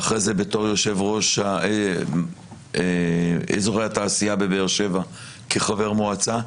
ואחרי זה בתור יושב-ראש אזורי התעשייה בבאר שבע כחבר מועצה.